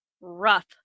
Rough